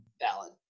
valid